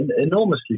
enormously